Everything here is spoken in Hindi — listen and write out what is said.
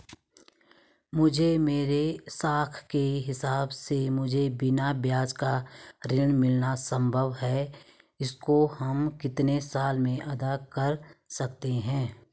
मुझे मेरे साख के हिसाब से मुझे बिना ब्याज का ऋण मिलना संभव है इसको हम कितने साल में अदा कर सकते हैं?